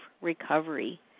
recovery